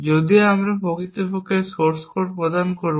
যদিও আমরা প্রকৃতপক্ষে সোর্স কোড প্রদান করব